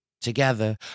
together